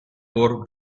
wore